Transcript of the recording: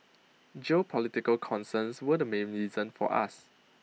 geopolitical concerns were the main reason for us